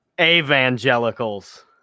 evangelicals